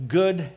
good